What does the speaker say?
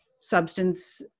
substance